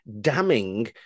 damning